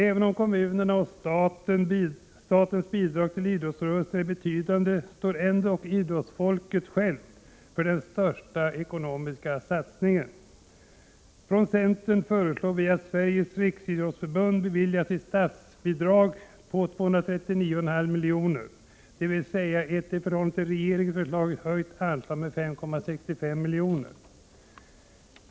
Även om kommunernas och statens bidrag till idrottsrörelsen är betydande står idrottsfolket självt för den största ekonomiska satsningen. Centern föreslår att Sveriges riksidrottsförbund beviljas ett statsbidrag på 239,5 miljoner, dvs. vi föreslår en höjning med 5,65 miljoner i förhållande till regeringsförslaget.